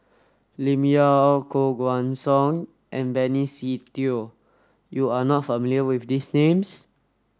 Lim Yau Koh Guan Song and Benny Se Teo you are not familiar with these names